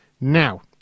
Now